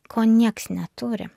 ko nieks neturi